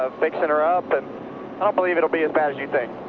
ah fixing her up, and i don't believe it will be as bad as you think